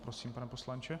Prosím, pane poslanče.